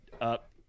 up